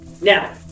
Now